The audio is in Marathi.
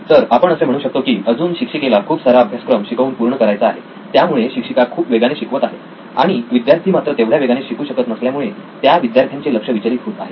तर आपण असे म्हणू शकतो की अजून शिक्षिकेला खूप सारा अभ्यासक्रम शिकवून पूर्ण करायचा आहे त्यामुळे शिक्षिका खूप वेगाने शिकवत आहे आणि विद्यार्थी मात्र एवढ्या वेगाने शिकू शकत नसल्यामुळे त्या विद्यार्थ्यांचे लक्ष विचलित होत आहे